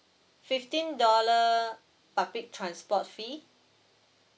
fifteen dollar public transport fee